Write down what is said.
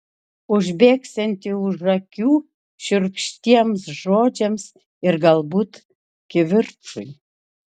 užbėgsianti už akių šiurkštiems žodžiams ir galbūt kivirčui